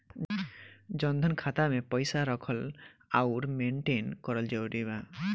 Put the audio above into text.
जनधन खाता मे पईसा रखल आउर मेंटेन करल जरूरी बा?